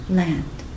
land